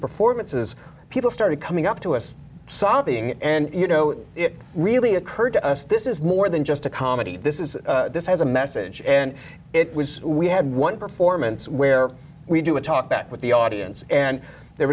performances people started coming up to us sobbing and you know it really occurred to us this is more than just a comedy this is this has a message and it was we had one performance where we do a talk back with the audience and there